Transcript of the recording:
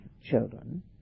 children